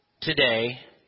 today